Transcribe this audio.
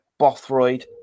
Bothroyd